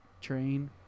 train